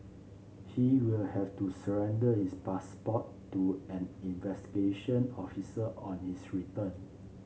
he will have to surrender his passport to an investigation officer on his return